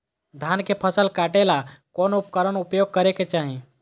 धान के फसल काटे ला कौन उपकरण उपयोग करे के चाही?